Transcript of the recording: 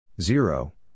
Zero